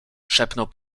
szepnął